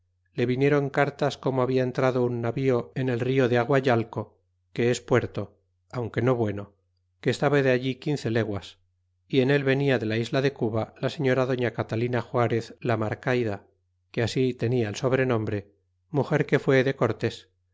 le vinieron cartas como habia entrado un navío en el rio de aguayalco que es puerto aunque no bueno que estaba de allí quince leguas y en él venia de la isla de cuba la señora dolía catalina juarez la marcayda que así tenia el sobrenombre mugar que fué de cortés